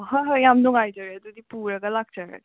ꯍꯣꯏ ꯍꯣꯏ ꯌꯥꯝ ꯅꯨꯉꯥꯏꯖꯔꯦ ꯑꯗꯨꯗꯤ ꯄꯨꯔꯒ ꯂꯥꯛꯆꯔꯒꯦ